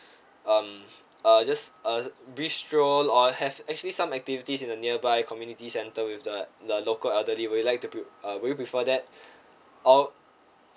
um uh just a brief stroll or have actually some activities in the nearby community centre with the the local elderly would you like to uh would you prefer that or